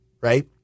right